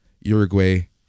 Uruguay